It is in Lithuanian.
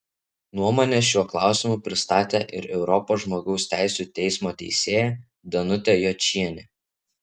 nuomonę šiuo klausimu pristatė ir europos žmogaus teisių teismo teisėja danutė jočienė